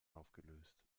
aufgelöst